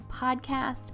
podcast